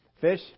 Fish